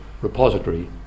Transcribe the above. repository